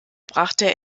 brachte